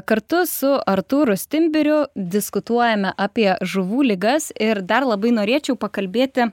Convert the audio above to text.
kartu su artūru stimbiriu diskutuojame apie žuvų ligas ir dar labai norėčiau pakalbėti